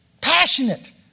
Passionate